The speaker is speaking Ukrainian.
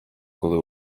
коли